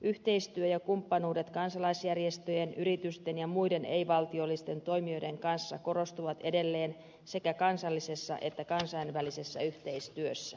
yhteistyö ja kumppanuudet kansalaisjärjestöjen yritysten ja muiden ei valtiollisten toimijoiden kanssa korostuvat edelleen sekä kansallisessa että kansainvälisessä yhteistyössä